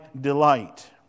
delight